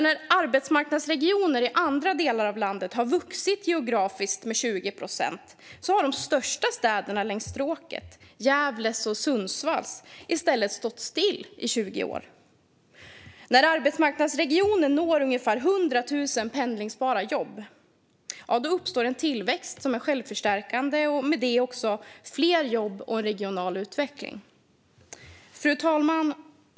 När arbetsmarknadsregioner i andra delar av landet har vuxit geografiskt med 20 procent har det för de största städerna längs stråket, Gävle och Sundsvall, i stället stått still i 20 år. När arbetsmarknadsregioner når upp i ungefär 100 000 jobb som det går att pendla till uppstår en tillväxt som är självförstärkande och med det också fler jobb och regional utveckling. Fru talman!